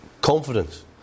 confidence